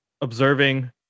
observing